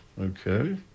Okay